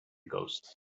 ghost